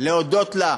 להודות לה,